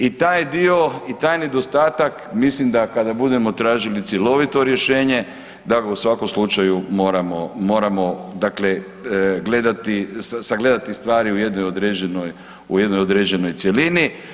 I taj dio i taj nedostatak, mislim da kada budemo tražili cjelovito rješenje, da ga u svakom slučaju moramo dakle sagledati stvari u jednoj određenoj cjelini.